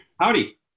Howdy